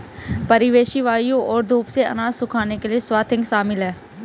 परिवेशी वायु और धूप से अनाज सुखाने के लिए स्वाथिंग शामिल है